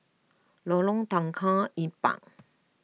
Lorong Tukang Empat